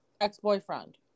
ex-boyfriend